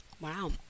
Wow